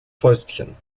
fäustchen